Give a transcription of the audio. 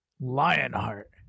Lionheart